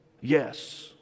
yes